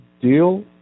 deal